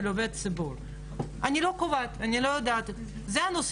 אין חובה